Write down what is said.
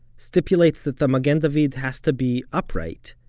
stipulates that the magen david has to be upright,